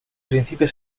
principio